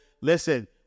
Listen